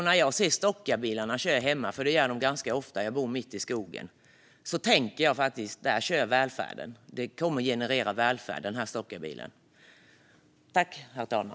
När jag ser stockbilarna som kör där hemma, vilket de gör ofta eftersom jag bor mitt i skogen, tänker jag: Där kör välfärden. Den där stockbilen kommer att generera välfärd.